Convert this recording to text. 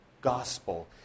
Gospel